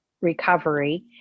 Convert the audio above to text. recovery